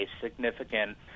significant